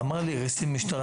ואמר לי איזה קצין משטרה,